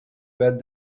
bad